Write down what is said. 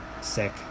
sick